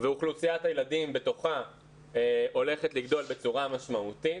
ואוכלוסיית הילדים בתוכה הולכת לגדול בצורה משמעותית.